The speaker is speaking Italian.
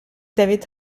david